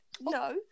no